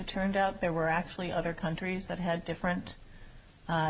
turned out there were actually other countries that had different